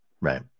Right